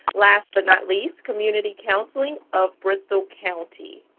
last but not least, community counseling of bristol county.